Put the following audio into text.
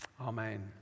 amen